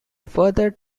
further